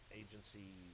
agency